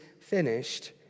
finished